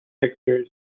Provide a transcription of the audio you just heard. pictures